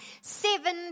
seven